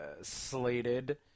slated